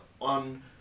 on